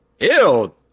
Ew